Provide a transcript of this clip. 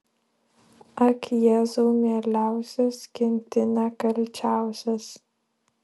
ak jėzau mieliausias kenti nekalčiausias